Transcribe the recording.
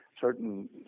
certain